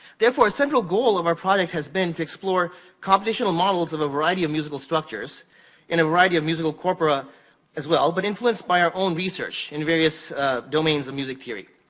therefore, a central goal of our projects has been to explore computational models of a variety of musical structures in a variety of musical corpora as well, but influenced by our own research in various domains of music theory.